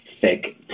thick